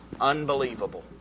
unbelievable